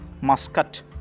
Muscat